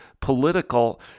political